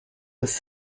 was